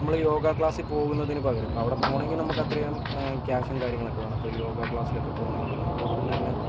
നമ്മൾ യോഗ ക്ലാസ്സിൽ പോകുന്നതിനു പകരം അവിടെ പോകണമെങ്കിൽ നമുക്കത്രയും ക്യാഷും കാര്യങ്ങളൊക്കെ വേണം അപ്പോൾ യോഗ ക്ലാസ്സിൽ പോകണമെങ്കിൽ നമുക്കിവിടെ നിന്നു തന്നെ